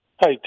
Hi